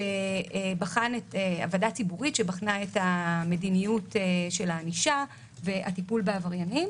הוועדה הציבורית שבחנה את מדיניות הענישה והטיפול בעבריינים